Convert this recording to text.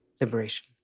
Liberation